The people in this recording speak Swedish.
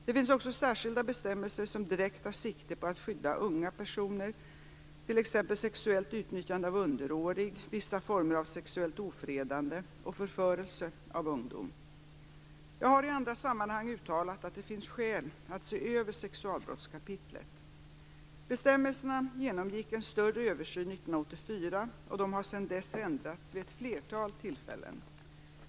Det finns också särskilda bestämmelser som direkt tar sikte på att skydda unga personer, t.ex. sexuellt utnyttjande av underårig, vissa former av sexuellt ofredande och förförelse av ungdom. Jag har i andra sammanhang uttalat att det finns skäl att se över sexualbrottskapitlet. Bestämmelserna genomgick en större översyn 1984 och de har sedan dess ändrats vid ett flertal tillfällen.